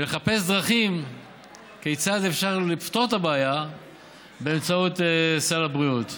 ולחפש דרכים כיצד אפשר לפתור את הבעיה באמצעות סל הבריאות.